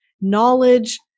knowledge